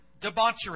debauchery